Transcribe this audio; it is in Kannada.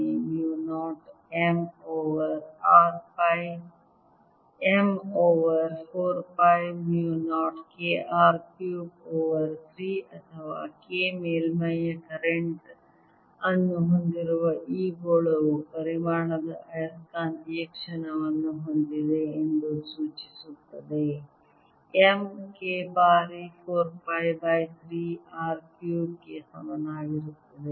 mu 0 m over 4 pi mu 0 K R cubed over 3 ಅಥವಾ K ಮೇಲ್ಮೈಯ ಕರೆಂಟ್ ಅನ್ನು ಹೊಂದಿರುವ ಈ ಗೋಳವು ಪರಿಮಾಣದ ಆಯಸ್ಕಾಂತೀಯ ಕ್ಷಣವನ್ನು ಹೊಂದಿದೆ ಎಂದು ಸೂಚಿಸುತ್ತದೆ m K ಬಾರಿ 4 ಪೈ ಬೈ 3 R ಕ್ಯೂಬ್ಡ್ ಗೆ ಸಮನಾಗಿರುತ್ತದೆ